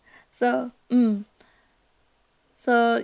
so mm so